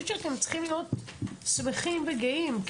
אתם צריכים להיות שמחים וגאים,